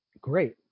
Great